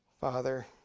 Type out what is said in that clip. Father